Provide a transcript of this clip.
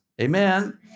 Amen